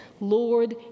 Lord